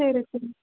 சரி மேம்